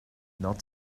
not